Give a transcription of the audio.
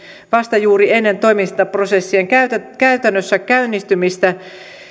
vasta juuri ennen toimintaprosessien käytännössä käynnistymistä